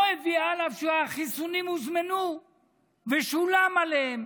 לא הביאה, אף שהחיסונים הוזמנו ושולם עבורם.